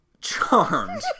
Charmed